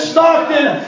Stockton